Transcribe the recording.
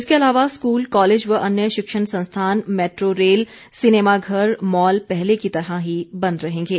इसके अलावा school college व अन्य शिक्षण संस्थान मैट्रो रेल सिनेमा घर मॉल पहले की तरह ही बंद रहेंगे